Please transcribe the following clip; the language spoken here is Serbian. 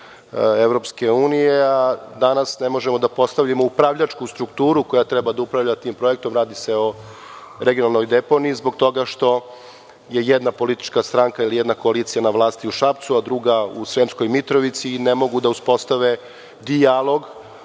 Evropske unije, a danas ne možemo da postavimo upravljačku strukturu koja treba da upravlja tim projektom, radi se o regionalnoj deponiji, zbog toga što je jedna politička stranka ili jedna koalicija na vlasti u Šapcu, a druga u Sremskoj Mitrovici i ne mogu da uspostave dijalog